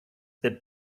that